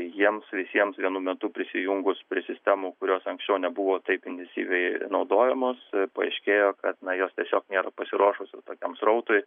tai jiems visiems vienu metu prisijungus prie sistemų kurios anksčiau nebuvo taip intensyviai naudojamos paaiškėjo kad na jos tiesiog nėra pasiruošusios tokiam srautui